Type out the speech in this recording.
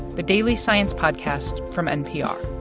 the daily science podcast from npr